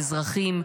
האזרחים,